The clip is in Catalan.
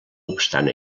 obstant